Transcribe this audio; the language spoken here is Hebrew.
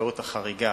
האפשרות החריגה.